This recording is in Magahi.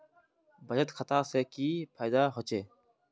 बचत खाता से की फायदा होचे?